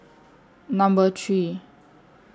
Number three